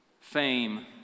fame